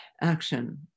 action